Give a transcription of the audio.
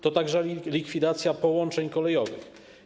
To także likwidacja połączeń kolejowych.